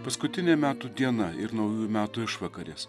paskutinė metų diena ir naujųjų metų išvakarės